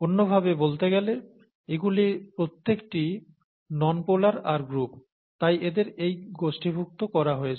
অন্যভাবে বলতে গেলে এগুলির প্রত্যেকটি নন পোলার R গ্রুপ তাই এদের এই গোষ্ঠীভুক্ত করা হয়েছে